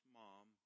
mom